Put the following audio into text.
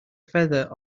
feather